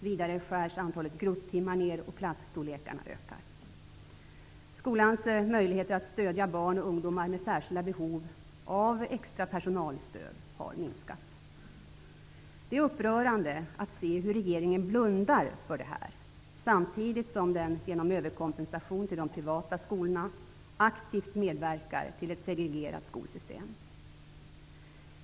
Vidare skärs antalet grupptimmar ner och klasstorlekarna ökar. Skolans möjligheter att stödja barn och ungdomar med särskilda behov av extra personalstöd har minskat. Det är upprörande att se hur regeringen blundar för detta, samtidigt som den genom överkompensation till de privata skolorna aktivt medverkar till ett segregerat skolsystem.